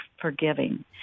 forgiving